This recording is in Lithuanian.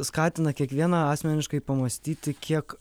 skatina kiekvieną asmeniškai pamąstyti kiek